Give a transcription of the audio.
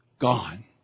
Gone